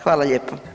Hvala lijepa.